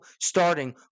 starting